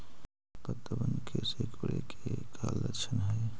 पत्तबन के सिकुड़े के का लक्षण हई?